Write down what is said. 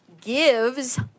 gives